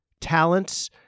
talents